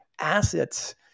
assets